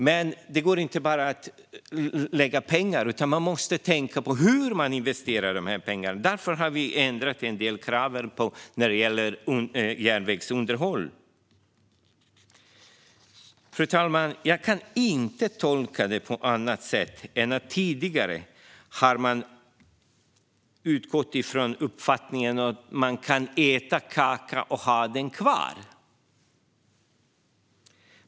Men det går inte att bara lägga pengar, utan man måste tänka på hur man investerar pengarna. Därför har vi ändrat kraven en del när det gäller järnvägsunderhåll. Fru talman! Jag kan inte tolka det på annat sätt än att man tidigare har utgått från uppfattningen att man kan äta kakan och ha den kvar.